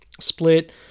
split